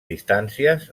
distàncies